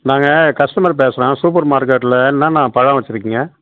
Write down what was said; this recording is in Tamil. நாங்கள் கஸ்டமர் பேசுகிறோம் சூப்பர் மார்க்கெட்டில் என்னென்னா பழம் வச்சுருக்கீங்க